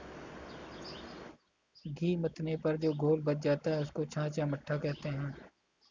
घी मथने पर जो घोल बच जाता है, उसको छाछ या मट्ठा कहते हैं